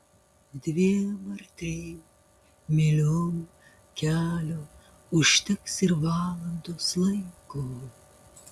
dviem ar trim myliom kelio užteks ir valandos laiko